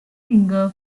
single